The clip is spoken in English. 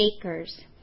acres